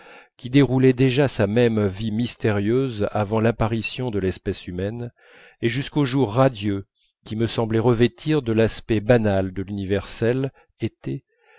qui déroulait déjà sa même vie mystérieuse avant l'apparition de l'espèce humaine et jusqu'aux jours radieux qui me semblaient revêtir de l'aspect banal de l'universel été